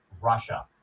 Russia